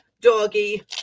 doggy